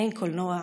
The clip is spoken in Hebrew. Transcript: אין קולנוע,